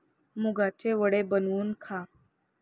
मुगाचे वडे बनवून खा